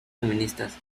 feministas